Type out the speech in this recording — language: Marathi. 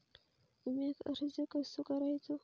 विम्याक अर्ज कसो करायचो?